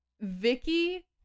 Vicky